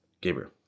Gabriel